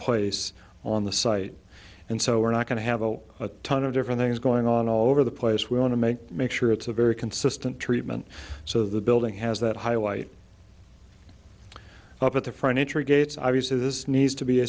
place on the site and so we're not going to have a ton of different things going on all over the place we want to make make sure it's a very consistent treatment so the building has that highlight up at the front entry gates obviously this needs to be